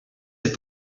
est